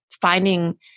finding